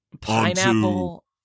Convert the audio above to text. Pineapple